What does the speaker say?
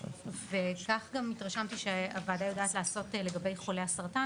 וכך גם התרשמתי שהוועדה יודעת גם לעשות לגבי חולי הסרטן